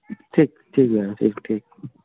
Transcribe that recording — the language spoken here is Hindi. ठीक ठीक है मैडम ठीक ठीक